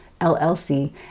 LLC